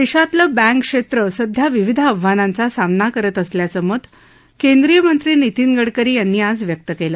देशातलं बँक क्षेत्र सध्या विविध आव्हानांचा सामना करत असल्याचं मत् केंद्रीय मंत्री नितीन गडकरी यांनी आज व्यक्त केलं